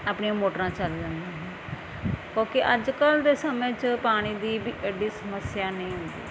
ਆਪਣੀਆਂ ਮੋਟਰਾਂ ਚੱਲ ਜਾਂਦੀਆਂ ਹਨ ਕਿਉਂਕਿ ਅੱਜ ਕੱਲ੍ਹ ਦੇ ਸਮੇਂ 'ਚ ਪਾਣੀ ਦੀ ਵੀ ਐਡੀ ਸਮੱਸਿਆ ਨਹੀਂ ਹੁੰਦੀ